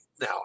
Now